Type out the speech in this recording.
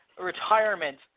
retirement